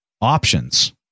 options